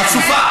חצופה.